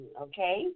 okay